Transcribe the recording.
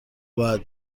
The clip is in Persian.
باید